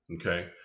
Okay